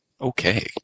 Okay